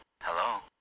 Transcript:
Hello